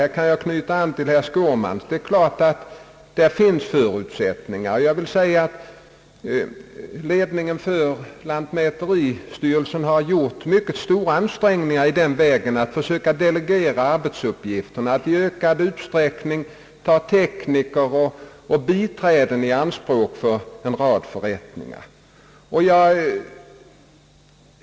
Här kan jag anknyta till herr Skårman — det är klart att förutsättningar i det hänseendet finns. Lantmäteristyrelsens ledning har gjort mycket stora ansträngningar i den vägen, försökt delegera arbetsuppgifter och i ökad utsträckning ta tekniker och biträden i anspråk för en rad förrättningar.